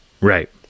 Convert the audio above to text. Right